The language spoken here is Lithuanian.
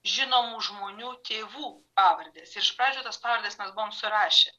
žinomų žmonių tėvų pavardės ir iš pradžių tas pavardes mes buvom surašę